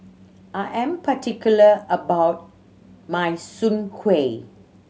I am particular about my Soon Kueh